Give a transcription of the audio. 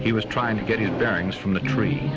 he was trying to get his bearings from the tree